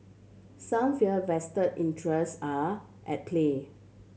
some fear vest interest are at play